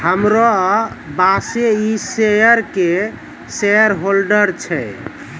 हमरो बॉसे इ शेयर के शेयरहोल्डर छै